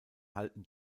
halten